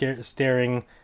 staring